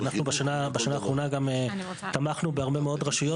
בשנה האחרונה גם תמכנו בהרבה מאוד רשויות